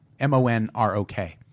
M-O-N-R-O-K